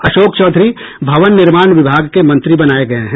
अशोक चौधरी भवन निर्माण विभाग के मंत्री बनाये गये हैं